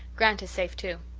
grant is safe, too.